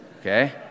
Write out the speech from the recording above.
Okay